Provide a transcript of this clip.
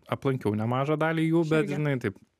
aplankiau nemažą dalį jų bet žinai taip